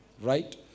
Right